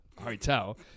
hotel